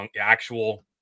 actual